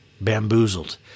bamboozled